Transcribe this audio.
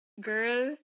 girl